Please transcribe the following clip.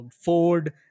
Ford